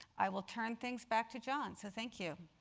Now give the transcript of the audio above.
i will turn things back to john. so thank you.